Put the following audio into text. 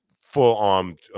full-armed